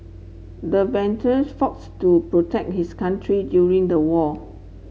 the faults to protect his country during the war